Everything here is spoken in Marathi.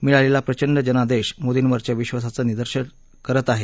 मिळालेला प्रचंड जनादेश मोदींवरच्या विश्वासाचं निदर्शक आहे